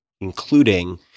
including